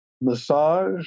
massage